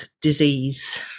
disease